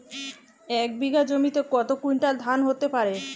এক বিঘা জমিতে কত কুইন্টাল ধান হতে পারে?